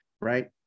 right